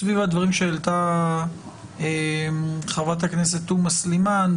סביב הדברים שהעלתה חה"כ תומא סלימאן,